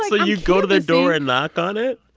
ah you go to their door and knock on it?